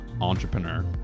Entrepreneur